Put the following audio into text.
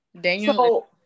Daniel